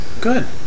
Good